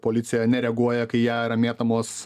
policija nereaguoja kai į ją yra mėtomos